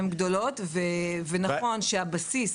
הן גדולות, ונכון שהבסיס